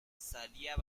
salía